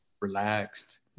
relaxed